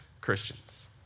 Christians